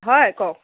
হয় কওক